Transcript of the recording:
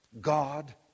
God